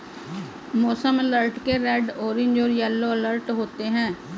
मौसम अलर्ट के red orange और येलो अलर्ट होते हैं